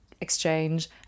exchange